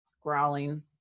growling